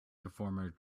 performer